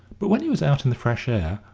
but when he was out in the fresh air,